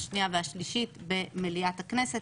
השנייה והשלישית במליאת הכנסת.